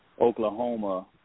Oklahoma